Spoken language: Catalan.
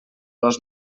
dos